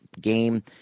game